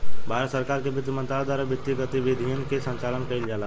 भारत सरकार के बित्त मंत्रालय द्वारा वित्तीय गतिविधियन के संचालन कईल जाला